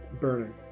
burning